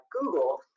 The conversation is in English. Google